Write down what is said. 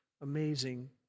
amazing